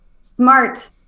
Smart